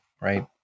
right